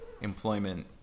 employment